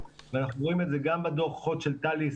ואנחנו רואים את זה גם בדוחות של TALIS,